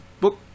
book